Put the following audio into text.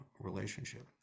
relationship